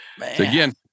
Again